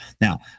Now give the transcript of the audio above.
now